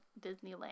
Disneyland